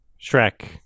Shrek